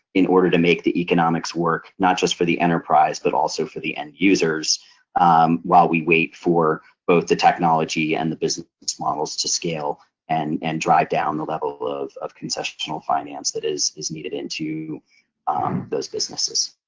in order to make the economics work, not just for the enterprise, but also for the end users while we wait for both the technology and the business models to scale and and drive down the level of of concessional finance that is is needed into those businesses.